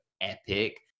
epic